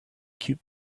cute